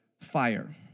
fire